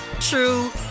true